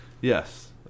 Yes